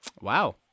Wow